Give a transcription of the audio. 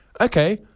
Okay